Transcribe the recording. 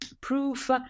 proof